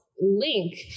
link